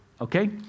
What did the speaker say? okay